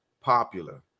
popular